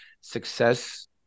success